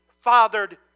fathered